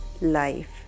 life